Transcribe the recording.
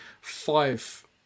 five